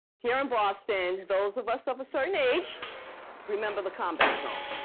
here in boston, those of us of a certain age remember the combat zone.